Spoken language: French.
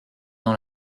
dans